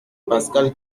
pascal